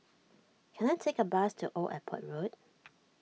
can I take a bus to Old Airport Road